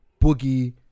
Boogie